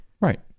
Right